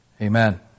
Amen